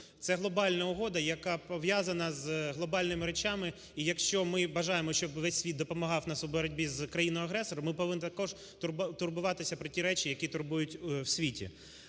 це глобальна угода, яка пов'язана з глобальними речами. І, якщо ми бажаємо, щоб весь світ допомагав нам у боротьбі з країною-агресором, ми повинна також турбуватися про ті речі, які турбують в світі.